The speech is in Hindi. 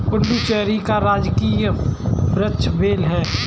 पुडुचेरी का राजकीय वृक्ष बेल है